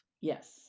Yes